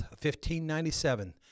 1597